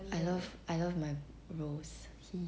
I love I love my rose hee hee